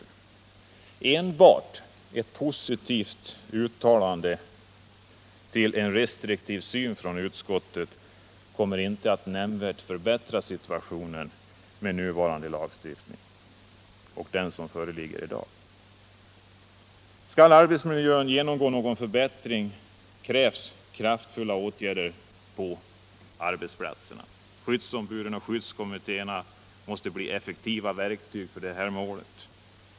Med enbart ett positivt uttalande från utskottet om en restriktiv tillämpning av nattarbete och skiftarbete kommer inte den nu föreslagna lagstiftningen att nämnvärt förbättra situationen. Skall det bli någon förbättring av arbetsmiljön krävs det kraftfulla åtgärder på arbetsplatserna. Skyddsombuden och skyddskommittéerna måste bli effektiva verktyg för detta mål.